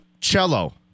Cello